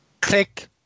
Click